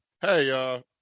hey